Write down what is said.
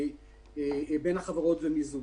בין החברות ומיזוגים.